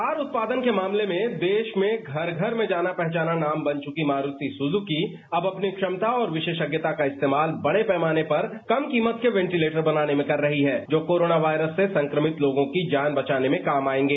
car उत्पादन के मामले में देश में घर घर में जाना पहचाना नाम बन चुकी मारूति सुजूकी अब अपनी क्षमता और विशेषज्ञता का इस्तेमाल बड़े पैमाने पर कम कीमत के वेंटीलेटर बनाने में कर रही है जो कोरोना वायरस से संक्रमित लोगों की जान बचाने में काम आएंगे